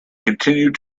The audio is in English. continued